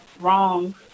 wrong